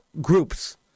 groups